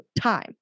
time